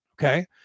Okay